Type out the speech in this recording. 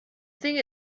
thing